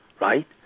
right